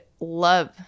Love